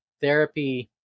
therapy